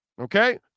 Okay